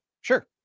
Sure